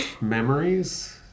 memories